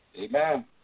Amen